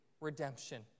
redemption